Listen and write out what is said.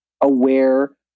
aware